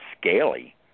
scaly